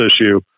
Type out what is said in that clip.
issue